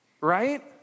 Right